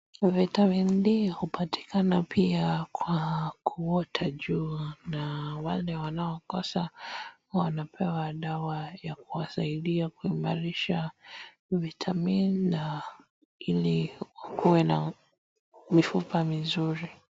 Vitamin D hupatikana pia kwa kuota jua na wale wanaokosa wanapewa dawa ya kuwasaidia kuimarisha vitamin ili uwe na mifupa mizuri.